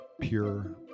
pure